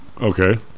Okay